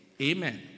Amen